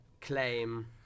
claim